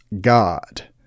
God